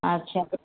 ଆଚ୍ଛା